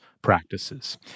practices